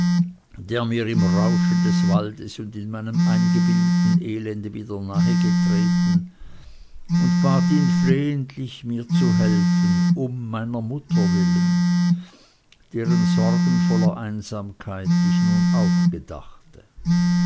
der mir im rauschen des waldes und in meinem eingebildeten elende wieder nahe getreten und bat ihn flehentlich mir zu helfen um meiner mutter willen deren sorgenvoller einsamkeit ich nun auch gedachte